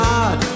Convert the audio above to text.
God